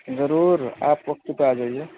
ضرور آپ وقت پہ آ جائیے